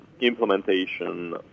implementation